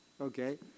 Okay